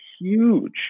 huge